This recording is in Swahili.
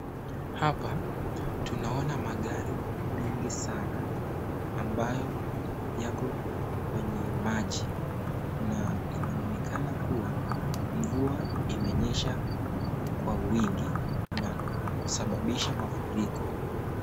Hapa tunaona magari mengi sana ambayo yako kwenye maji na inaonekana kuwa mvua imenyesha kwa wingi na kusababisha mafuriko.